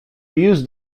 use